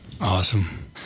Awesome